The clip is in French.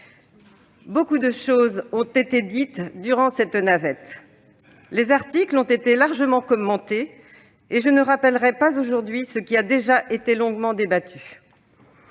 Beaucoup de choses ont été dites durant la navette. Les articles ont été largement commentés. Je ne reviendrai pas aujourd'hui sur ce qui a déjà été longuement débattu.